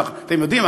אתם יודעים,